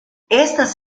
estas